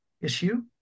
issue